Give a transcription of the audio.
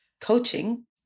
coaching